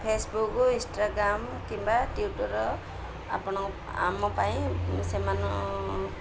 Facebook Instagram କିମ୍ବା Twitter ଆପଣଙ୍କ ଆମ ପାଇଁ ସେମାନ